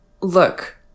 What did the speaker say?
Look